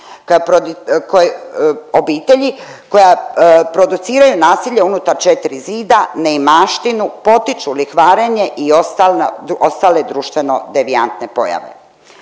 koja projiciraju nasilje unutar četiri zida, neimaštinu, potiču lihvarenje i ostale društveno-devijantne pojave.